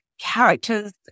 characters